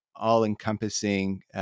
all-encompassing